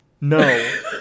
No